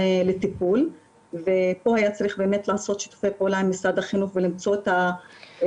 לטיפול ופה היה צריך לעשות שיתופי פעולה עם משרד החינוך ולמצוא את הדרך,